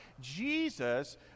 Jesus